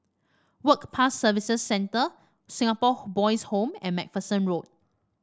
Work Pass Service Centre Singapore Boys' Home and MacPherson Road